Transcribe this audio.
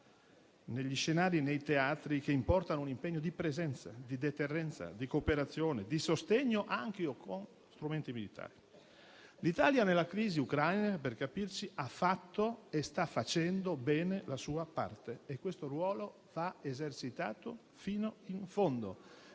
negli scenari e nei teatri che importano un impegno di presenza, di deterrenza, di cooperazione e di sostegno, anche o con strumenti militari. L'Italia nella crisi ucraina, per capirci, ha fatto e sta facendo bene la sua parte e questo ruolo va esercitato fino in fondo,